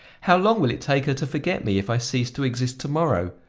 how long will it take her to forget me if i cease to exist to-morrow?